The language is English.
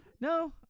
No